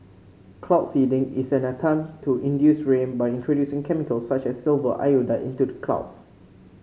cloud seeding is an attempt to induce rain by introducing chemicals such as silver iodide into clouds